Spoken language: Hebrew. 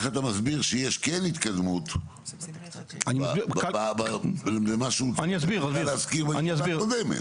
אתה מסביר שיש כן התקדמות במה שדירה להשכיר --- בפעם הקודמת?